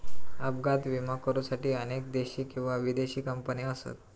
अपघात विमो करुसाठी अनेक देशी किंवा विदेशी कंपने असत